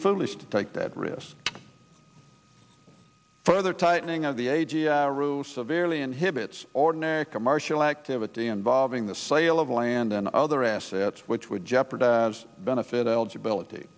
foolish to take that risk further tightening of the a g r rew severely inhibits ordinary commercial activity involving the sale of land and other assets which would jeopardize benefit eligib